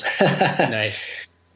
Nice